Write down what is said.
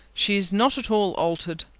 she is not at all altered.